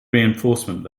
reinforcement